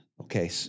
Okay